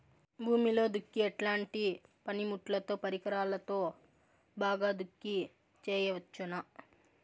భూమిలో దుక్కి ఎట్లాంటి పనిముట్లుతో, పరికరాలతో బాగా దుక్కి చేయవచ్చున?